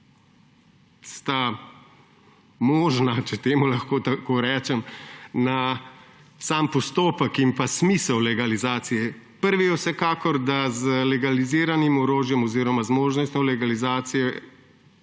sta možna, če temu lahko tako rečem, na sam postopek in smisel legalizacije. Prvi je vsekakor, da z legaliziranim orožjem oziroma z možnostjo legalizacije